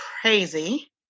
crazy